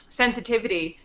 sensitivity